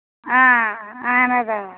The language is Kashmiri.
آ اَہَن حظ آ